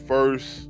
First